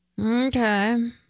Okay